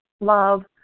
love